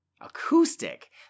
Acoustic